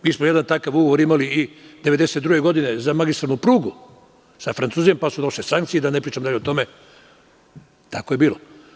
Mi smo jedan takav ugovor imali 1992. godine za magistralnu prugu sa Francuzima, pa su došle sankcije i da ne pričam dalje o tome, tako je bilo.